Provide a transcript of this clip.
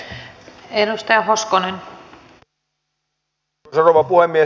arvoisa rouva puhemies